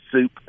soup